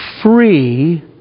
free